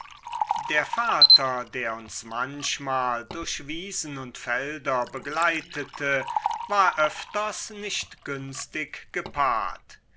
der vater der uns manchmal durch wiesen und felder begleitete war öfters nicht günstig gepaart